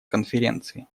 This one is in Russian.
конференции